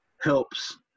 helps